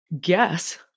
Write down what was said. guess